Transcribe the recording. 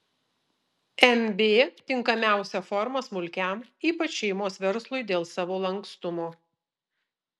mb tinkamiausia forma smulkiam ypač šeimos verslui dėl savo lankstumo